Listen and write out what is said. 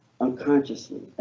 unconsciously